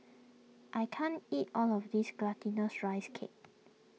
I can't eat all of this Glutinous Rice Cake